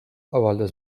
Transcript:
avaldas